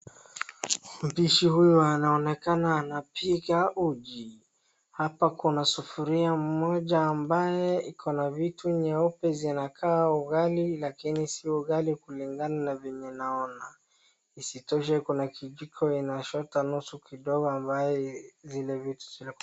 Mpishi huyu anaonekana anapika uji. Hapa kuna sufuria moja ambaye iko na vitu nyeupe zinakaa ugali lakini si ugali kulingana na venye naona. Isitoshe kuna kijiko inachota nusu kidogo ambaye zile vitu...